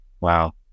Wow